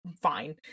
fine